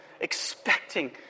expecting